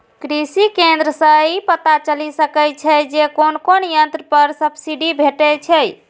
कृषि केंद्र सं ई पता चलि सकै छै जे कोन कोन यंत्र पर सब्सिडी भेटै छै